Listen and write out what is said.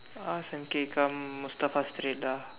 ask M_K come Mustafa straight [da]